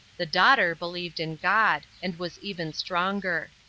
the daughter believed in god and was even stronger.